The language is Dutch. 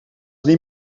niet